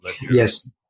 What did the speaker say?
Yes